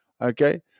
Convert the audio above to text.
okay